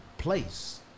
Place